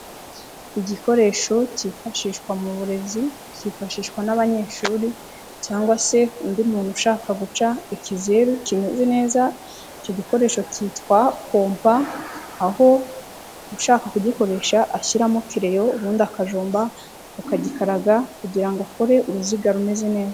Igikoresho kifashishwa mu burezi kifashishwa n'abanyeshuri cyangwa se undi muntu ushaka guca ikizeru kimeze neza, icyo gikoresho cyitwa kompa aho ushaka kugikoresha ashyiramo kereyo ubundi akajomba, akagikaraga kugira ngo akore uruziga rumeze neza.